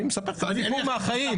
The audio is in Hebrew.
אני מספר סיפור מהחיים.